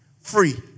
free